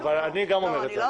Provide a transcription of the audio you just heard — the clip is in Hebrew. גם אני אומר את זה.